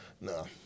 No